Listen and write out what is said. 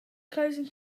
closing